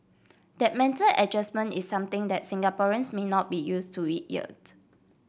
that mental adjustment is something that Singaporeans may not be use to it yet